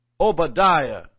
Obadiah